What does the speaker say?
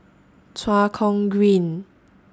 Tua Kong Green